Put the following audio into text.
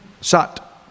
sat